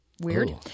Weird